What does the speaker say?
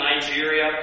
Nigeria